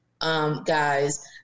guys